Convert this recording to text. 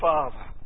Father